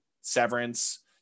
severance